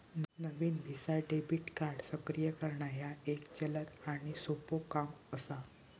नवीन Visa debit card सक्रिय करणा ह्या एक जलद आणि सोपो काम असा